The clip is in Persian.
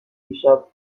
دیشب